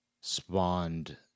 spawned